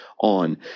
on